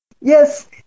Yes